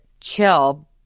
chill